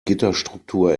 gitterstruktur